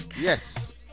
Yes